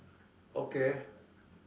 okay